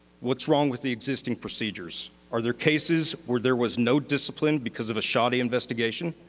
what's wrong with the existing procedures? are there cases where there was no discipline because of a shoddy investigation?